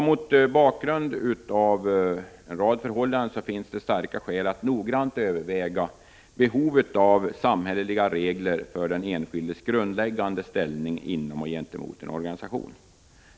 Mot bakgrund av en rad förhållanden på detta område finns det således starka skäl att noggrant överväga behovet av samhälleliga regler för den enskildes grundläggande rättsställning inom och gentemot en organisation.